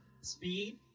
Speed